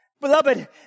Beloved